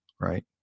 Right